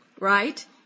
Right